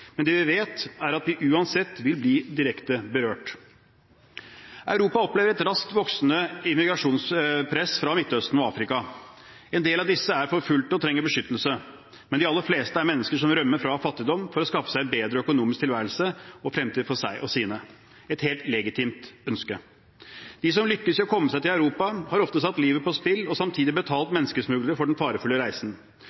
men det vi vet, er at vi uansett vil bli direkte berørt. Europa opplever et raskt voksende immigrasjonspress fra Midtøsten og Afrika. En del av disse er forfulgte og trenger beskyttelse, men de aller fleste er mennesker som rømmer fra fattigdom for å skaffe seg en bedre økonomisk tilværelse og fremtid for seg og sine – et helt legitimt ønske. De som lykkes i å komme seg til Europa, har ofte satt livet på spill og samtidig betalt menneskesmuglere for den farefulle reisen.